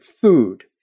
Food